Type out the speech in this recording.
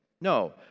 No